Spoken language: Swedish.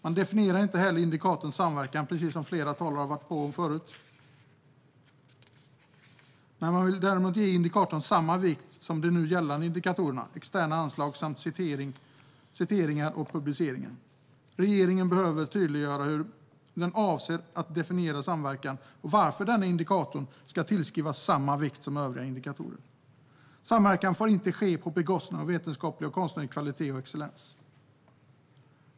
Man definierar inte heller, som flera talare har nämnt, indikatorn samverkan, men man vill ge den indikatorn samma vikt som de nu gällande indikatorerna: externa anslag samt citeringar och publiceringar. Regeringen behöver tydliggöra hur den avser att definiera samverkan och varför denna indikator ska tillskrivas samma vikt som övriga indikatorer. Samverkan får inte ske på bekostnad av vetenskaplig och konstnärlig kvalitet och excellens.